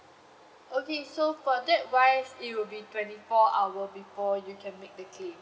okay so for that wise it will be twenty four hour before you can make the claim